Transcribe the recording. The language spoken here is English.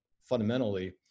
fundamentally